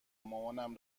مامان